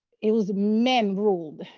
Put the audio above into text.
it was men-ruled,